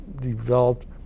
developed